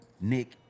Nick